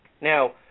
Now